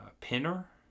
Pinner